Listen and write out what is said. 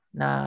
na